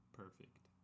perfect